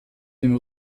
dem